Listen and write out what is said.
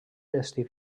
destí